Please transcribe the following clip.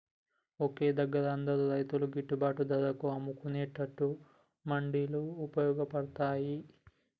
ఒకే దగ్గర అందరు రైతులు గిట్టుబాటు ధరకు అమ్ముకునేట్టు మండీలు వుపయోగ పడ్తాయ్